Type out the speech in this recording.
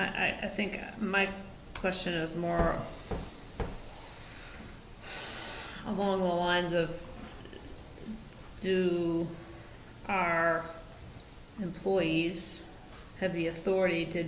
and i think my question is more along the lines of do our employees have the authority to